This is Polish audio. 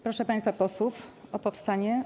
Proszę państwa posłów o powstanie.